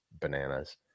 bananas